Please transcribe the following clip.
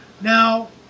Now